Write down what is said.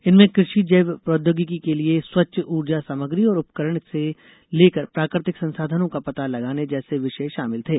इनमें कृषि जैव प्रौद्योगिकी के लिए स्वच्छ ऊर्जा सामग्री और उपकरण से लेकर प्राकृतिक संसाधनों का पता लगाने जैसे विषय शामिल थे